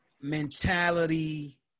mentality